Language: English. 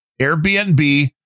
Airbnb